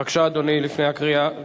בבקשה, אדוני, לפני הקריאה.